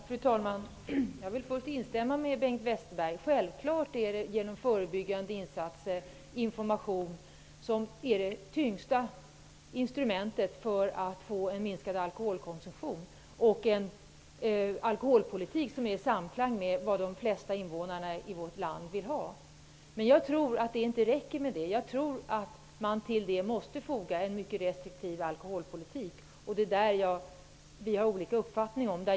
Fru talman! Jag vill först instämma med Bengt Westerberg. Självklart är förebyggande insatser och information de tyngsta instrumenten för att få en minskad alkoholkonsumtion och en alkoholpolitik som står i samklang med vad de flesta invånarna i vårt land vill ha. Jag tror dock inte att det räcker med förebyggande insatser. Till dem måste man foga en mycket restriktiv alkoholpolitik. Detta har vi olika uppfattning om.